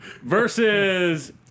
versus